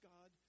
God